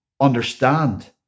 understand